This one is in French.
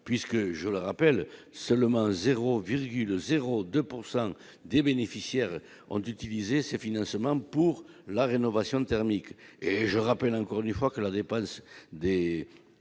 puisque je le rappelle, seulement 0,0 2 pourcent des bénéficiaires ont utilisé ces financements pour la rénovation thermique et je rappelle encore une fois que la dépense des